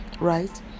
right